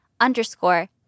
underscore